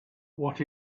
what